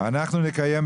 אנחנו נקיים,